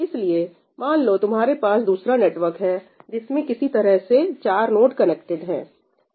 इसलिए मान लो तुम्हारे पास दूसरा नेटवर्क है जिसमें किसी तरह से चार नोड कनेक्टेड है